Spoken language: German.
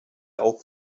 auch